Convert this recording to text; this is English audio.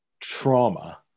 trauma